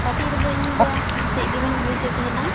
ᱠᱟᱹᱴᱤᱪ ᱨᱮᱫᱚ ᱤᱧ ᱫᱚ ᱪᱮᱫ ᱜᱮ ᱵᱟᱹᱧ ᱵᱩᱡᱮᱫ ᱛᱟᱦᱮᱸᱱᱟ